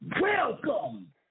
welcome